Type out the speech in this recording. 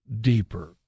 deeper